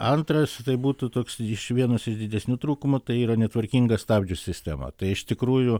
antras tai būtų toks iš vienas iš didesnių trūkumų tai yra netvarkinga stabdžių sistema tai iš tikrųjų